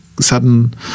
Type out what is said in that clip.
sudden